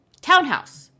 townhouse